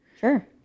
Sure